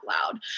loud